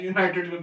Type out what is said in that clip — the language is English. United